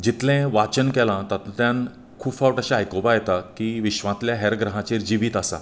जितलें वाचन केलां तातुंतल्यान खूब फावट अशें आयकोपा येता की विश्वांतले हेर ग्रहाचेर जिवीत आसा